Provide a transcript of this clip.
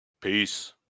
Peace